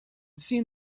seen